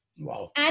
Wow